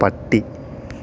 പട്ടി